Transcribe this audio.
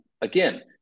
again